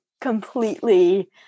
completely